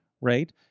right